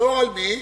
לשמור על מי?